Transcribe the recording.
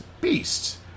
Beast